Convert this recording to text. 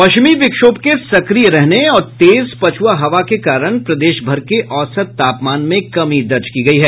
पश्चिमी विक्षोभ के सक्रिय रहने और तेज पछूआ हवा के कारण प्रदेशभर के औसत तापमान में कमी दर्ज की गयी है